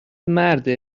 مرده